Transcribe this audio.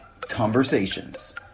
conversations